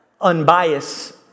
unbiased